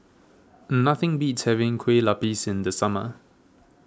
nothing beats having Kueh Lopes in the summer